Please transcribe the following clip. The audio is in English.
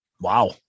Wow